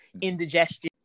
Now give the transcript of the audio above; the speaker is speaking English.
indigestion